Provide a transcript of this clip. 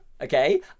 okay